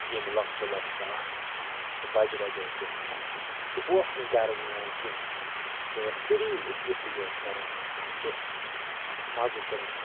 یِم لۄکچہٕ لۄکچہٕ آسانَس تہٕ بجہٕ بجہٕ اوس دِوان اَسہِ سُہ اوس نہٕ گَرٕ نِوان کیٚنٛہہ سُہ اوس صِریٖف یُتُے یوت کَران کہِ اکھ مَزٕ تُلان